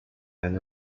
men